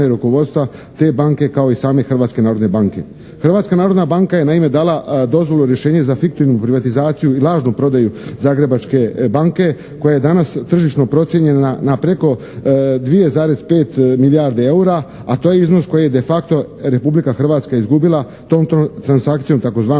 Hrvatska narodna banka je naime dala dozvolu i rješenje za fiktivnu privatizaciju i lažnu prodaju "Zagrebačke banke" koja je danas tržišno procijenjena na preko 2,5 milijardi eura a to je iznos koji je de facto Republika Hrvatska izgubila tom transakcijom